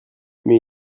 mais